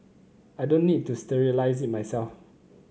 I don't need to sterilise it myself